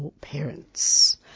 parents